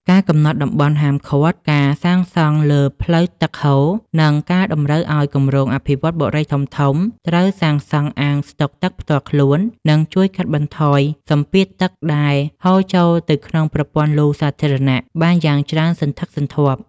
ការកំណត់តំបន់ហាមឃាត់ការសាងសង់លើផ្លូវទឹកហូរ និងការតម្រូវឱ្យគម្រោងអភិវឌ្ឍន៍បុរីធំៗត្រូវសាងសង់អាងស្តុកទឹកផ្ទាល់ខ្លួន នឹងជួយកាត់បន្ថយសម្ពាធទឹកដែលហូរចូលទៅក្នុងប្រព័ន្ធលូសាធារណៈបានយ៉ាងច្រើនសន្ធឹកសន្ធាប់។